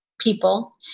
people